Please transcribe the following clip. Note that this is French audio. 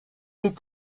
est